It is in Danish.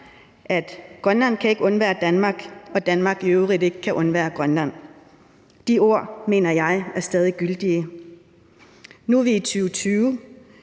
at Grønland ikke kan undvære Danmark, og at Danmark i øvrigt ikke kan undvære Grønland. De ord mener jeg stadig er gyldige. Nu er vi i 2020.